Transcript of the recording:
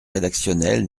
rédactionnel